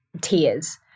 tears